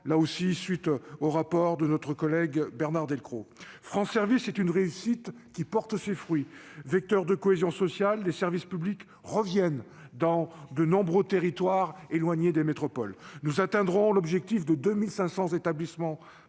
à 2023, comme le proposait notre collègue Bernard Delcros dans son rapport. France Services est une réussite, qui porte ses fruits. Vecteurs de cohésion sociale, les services publics reviennent dans de nombreux territoires éloignés des métropoles. Nous atteindrons l'objectif de 2 500 maisons